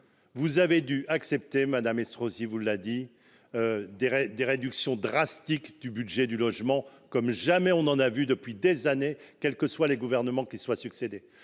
Vous avez dû accepter, Mme la rapporteur l'a dit, des réductions drastiques du budget du logement, comme jamais on en avait vu depuis des années, quels que soient les gouvernements qui se sont succédé.